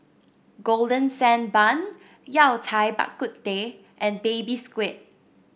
Golden Sand Bun Yao Cai Bak Kut Teh and Baby Squid